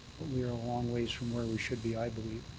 we are a long ways from where we should be, i believe.